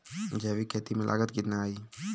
जैविक खेती में लागत कितना आई?